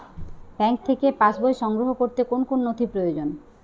Bank থেকে pass বই সংগ্রহ করতে কোন কোন নথি প্রয়োজন?